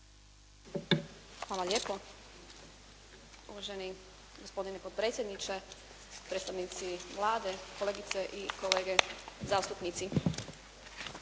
Hvala lijepo. Uvaženi gospodine potpredsjedniče, predstavnici Vlade, kolegice i kolege zastupnici.